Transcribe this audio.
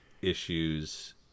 issues